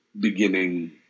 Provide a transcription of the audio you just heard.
beginning